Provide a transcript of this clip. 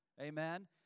Amen